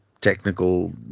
technical